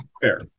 Fair